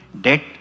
Debt